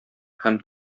һәм